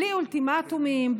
בלי אולטימטומים,